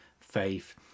faith